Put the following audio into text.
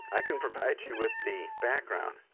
i can provide you with the background,